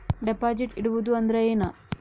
Deposit ಇಡುವುದು ಅಂದ್ರ ಏನ?